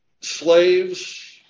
Slaves